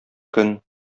көн